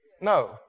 No